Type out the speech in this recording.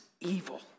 evil